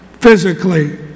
physically